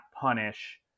punish